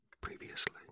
previously